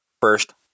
first